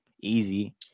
Easy